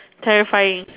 terrifying